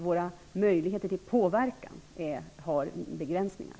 Våra möjligheter till påverkan har begränsningar.